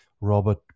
Robert